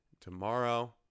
tomorrow